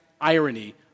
irony